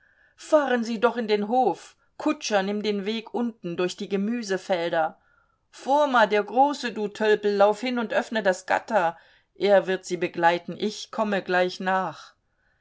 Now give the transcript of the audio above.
fahren sie doch in den hof kutscher nimm den weg unten durch die gemüsefelder foma der große du tölpel lauf hin und öffne das gatter er wird sie begleiten ich komme gleich nach